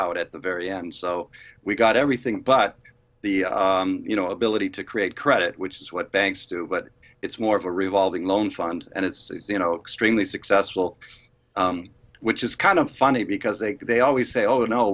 out at the very end so we got everything but the you know ability to create credit which is what banks do but it's more of a revolving loan fund and it's you know strongly successful which is kind of funny because they they always say oh